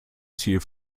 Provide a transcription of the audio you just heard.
ziel